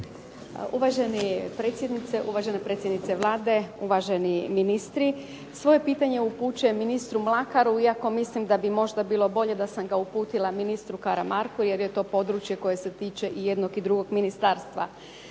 Uvaženi predsjedniče, uvažena predsjednice Vlade, uvaženi ministri. Svoje pitanje upućujem ministru Mlakaru iako bi možda bilo bolje da sam ga uputila ministru Karamarku jer je to područje koje se tiče i jednog i drugog ministarstva.